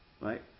right